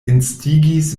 instigis